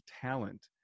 talent